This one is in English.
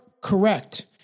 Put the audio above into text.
correct